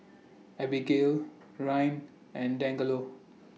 Abagail Ryne and Dangelo